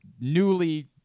Newly